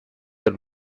del